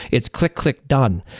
it's click, click, done,